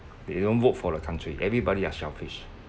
they don't vote for the country everybody are selfish